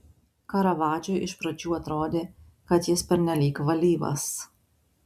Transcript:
karavadžui iš pradžių atrodė kad jis pernelyg valyvas